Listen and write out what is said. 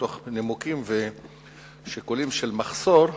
מתוך נימוקים ושיקולים של מחסור,